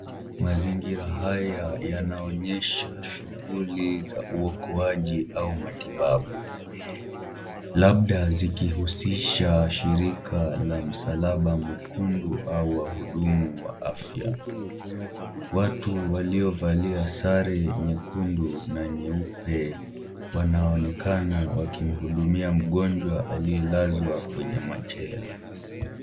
Mazingira haya yanaonyesha shughuli za uokoaji au matibabu, labda zikihusisha Shirika la Msalaba Mwekundu au wahudumu wa afya, watu waliovalia sare nyekundu na nyeupe wanaonekana wakimhudumia mgonjwa aliyelazwa kwenye machela.